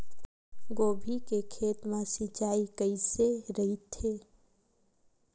गोभी के खेत मा सिंचाई कइसे रहिथे?